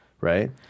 right